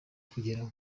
kugeraho